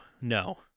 no